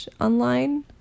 online